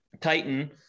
Titan